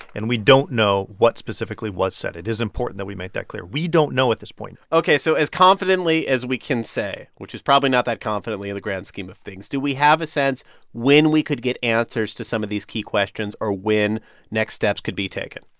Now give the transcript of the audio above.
and we don't know what specifically was said. it is important that we make that clear. we don't know at this point ok. so as confidently as we can say, which is probably not that confidently in the grand scheme of things, do we have a sense when we could get answers to some of these key questions or when next steps could be taken?